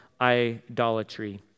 idolatry